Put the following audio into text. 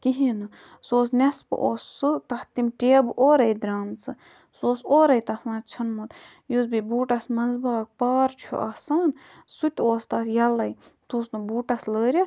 کِہیٖنۍ نہٕ سُہ اوس نیٚصفہٕ اوس سُہ تَتھ تِم ٹیبہٕ اورٔے درٛامژٕ سُہ اوس اورٔے تَتھ منٛز ژھیٛونمُت یُس بیٚیہِ بوٗٹَس منٛز باگ پار چھُ آسان سُہ تہِ اوس تَتھ یَیٚلٔے سُہ اوس نہٕ بوٗٹَس لٲرِتھ